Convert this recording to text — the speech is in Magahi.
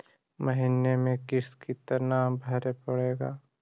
महीने में किस्त कितना भरें पड़ेगा?